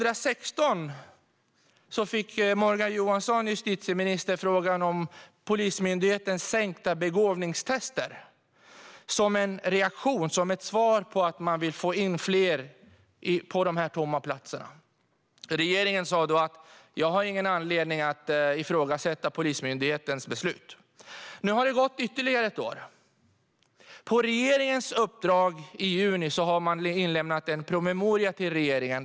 År 2016 fick justitieminister Morgan Johansson en fråga om Polismyndighetens sänkta krav i begåvningstester - det var som en reaktion på att man ville få in fler för att fylla de tomma platserna. Regeringen sa då att man inte hade någon anledning att ifrågasätta Polismyndighetens beslut. Nu har det gått ytterligare ett år. På regeringens uppdrag har man i juni inlämnat en promemoria till regeringen.